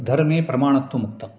धर्मे प्रमाणत्वम् उक्तं